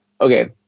okay